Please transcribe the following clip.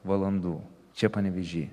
valandų čia panevėžy